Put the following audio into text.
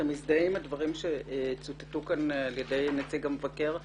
אתה מזדהה עם הדברים שצוטטו כאן על ידי נציג המבקר,